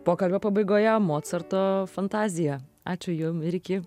pokalbio pabaigoje mocarto fantazija ačiū jum ir iki